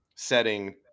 setting